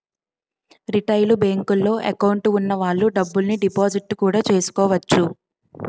retail బేంకుల్లో account వున్న వాళ్ళు డబ్బుల్ని డిపాజిట్టు కూడా చేసుకోవచ్చు